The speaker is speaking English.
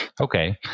Okay